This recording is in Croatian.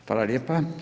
Hvala lijepa.